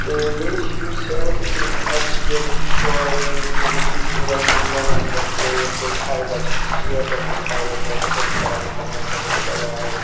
تہٕ بیٚیہِ چھُ یُس یہِ اَسہِ اَسہِ چھِ ییٚتہِ پرٛووایڈر مطلب سٲنِس ایریاہَس منٛز چھِ لوکَل نیٹ ؤرٕک تہِ یِتھٕ پٲٹھۍ فایبَر چھِ سُہ چھِ اِیَرٹیٚل تہِ چھِ فایبَر سُہ ہسا چھِ اَسہِ کَران اِنٹَرنیٚٹ سٔروِس پرٛووایڈ